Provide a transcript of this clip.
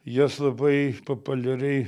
jas labai populiariai